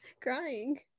crying